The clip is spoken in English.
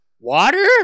Water